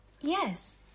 Yes